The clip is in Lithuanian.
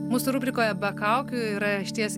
mūsų rubrikoje be kaukių yra išties